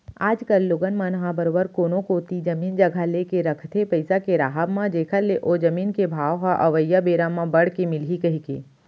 आज कल लोगन मन ह बरोबर कोनो कोती जमीन जघा लेके रखथे पइसा के राहब म जेखर ले ओ जमीन के भाव ह अवइया बेरा म बड़ के मिलही कहिके